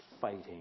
fighting